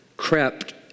crept